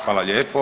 Hvala lijepo.